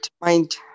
Mind